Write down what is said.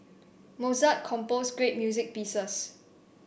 Mozart composed great music pieces